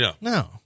no